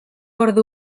ordu